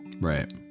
right